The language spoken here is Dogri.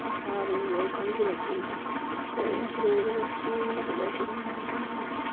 ते सारें गी गै समझ लग्गी जंदी अपनी कुतै स्कूल कुतै कुड़ियें गी सनाओ